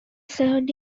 served